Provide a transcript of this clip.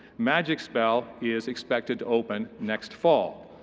magic spell is expected to open next fall.